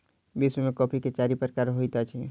विश्व में कॉफ़ी के चारि प्रकार होइत अछि